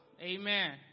Amen